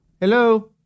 Hello